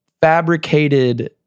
fabricated